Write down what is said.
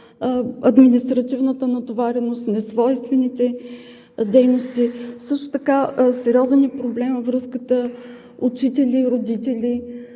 административната натовареност, несвойствените дейности. Също така сериозен е проблемът връзката учители – родители